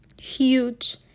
huge